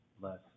less